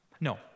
No